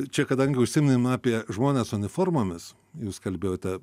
čia kadangi užsiminėm apie žmones su uniformomis jūs kalbėjote